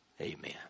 Amen